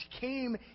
came